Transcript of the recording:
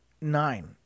Nine